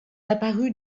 apparu